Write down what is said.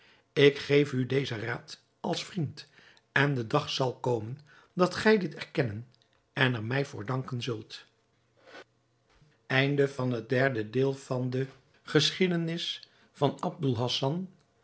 ik geef u dezen raad als vriend en de dag zal komen dat gij dit erkennen en er mij voor danken zult